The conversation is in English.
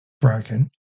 broken